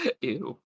Ew